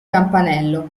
campanello